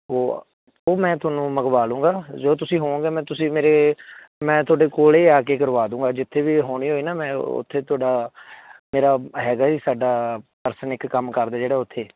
ਉਹ ਉਹ ਮੈਂ ਤੁਹਾਨੂੰ ਮੰਗਵਾ ਲੂੰਗਾ ਜੋ ਤੁਸੀਂ ਹੋਵੋਗੇ ਮੈਂ ਤੁਸੀਂ ਮੇਰੇ ਮੈਂ ਤੁਹਾਡੇ ਕੋਲ ਇਹ ਆ ਕੇ ਕਰਵਾ ਦੂੰਗਾ ਜਿੱਥੇ ਵੀ ਹੋਣੇ ਹੋਏ ਨਾ ਮੈਂ ਉੱਥੇ ਤੁਹਾਡਾ ਮੇਰਾ ਹੈਗਾ ਏ ਸਾਡਾ ਪਰਸਨ ਇੱਕ ਕੰਮ ਕਰਦਾ ਜਿਹੜਾ ਉੱਥੇ